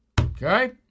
okay